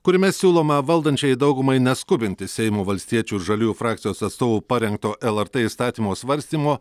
kuriame siūloma valdančiajai daugumai neskubinti seimo valstiečių ir žaliųjų frakcijos atstovų parengto lrt įstatymo svarstymo